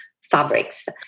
fabrics